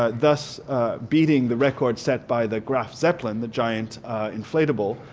ah thus beating the record set by the graf zeppelin, the giant inflatable,